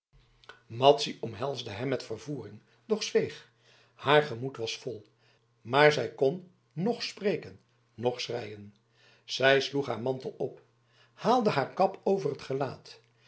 madzy omhelsde hem met vervoering doch zweeg haar gemoed was vol maar zij kon noch spreken noch schreien zij sloeg haar mantel op haalde haar kap over t gelaat